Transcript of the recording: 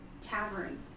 tavern